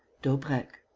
daubrecq.